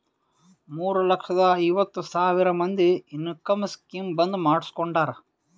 ಮೂರ ಲಕ್ಷದ ಐವತ್ ಸಾವಿರ ಮಂದಿ ಇನ್ಕಮ್ ಸ್ಕೀಮ್ ಬಂದ್ ಮಾಡುಸ್ಕೊಂಡಾರ್